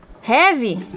heavy